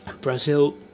Brazil